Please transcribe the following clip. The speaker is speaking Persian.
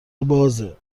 بازه